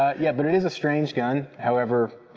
ah yeah, but it is a strange gun, however,